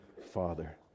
father